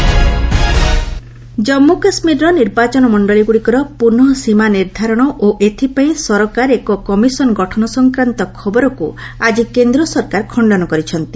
MHA କେକେ delimitation Jammu କାଶ୍ମୀରର ନିର୍ବାଚନ ମଣ୍ଡଳୀଗୁଡ଼ିକର ପୁନଃ ସୀମା ନିର୍ଦ୍ଧାରଣ ଓ ଏଥିପାଇଁ ସରକାର ଏକ କମିଶନ୍ ଗଠନ ସଂକ୍ରାନ୍ତ ଖବରକୁ ଆଜି କେନ୍ଦ୍ର ସରକାର ଖଣ୍ଡନ କରିଛନ୍ତି